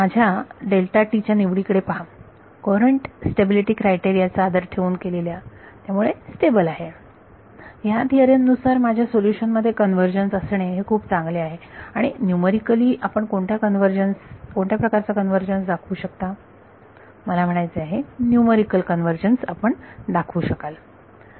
माझ्या च्या निवडीकडे पहा कुरंट स्टेबिलिटी क्रायटेरिया चा आदर ठेवून केलेल्या त्यामुळे स्टेबल आहे ह्या थिअरम नुसार माझ्या सोल्युशन मध्ये कन्वर्जन्स असणे हे खूप चांगले आहे आणि न्यूमरिकलि आपण कोणत्या प्रकारचा कन्वर्जन्स दाखवू शकता मला म्हणायचे आहे आपण न्यूमरिकल कन्वर्जन्स दाखवू शकाल